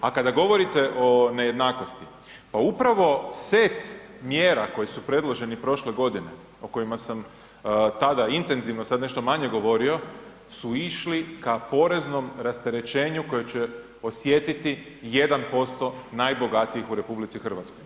A kada govorite o nejednakosti, pa upravo set mjera koji su predloženi prošle godine, o kojima sam tada intenzivno, sad nešto manje, govorio su išli ka poreznom opterećenju koje će osjetiti 1% najbogatijih u RH.